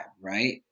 right